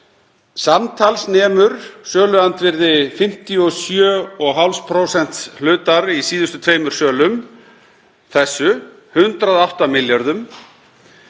Samtals nemur söluandvirði 57,5% hlutar í síðustu tveimur sölum þessu, 108 milljörðum,